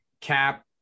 Cap